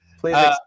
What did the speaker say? please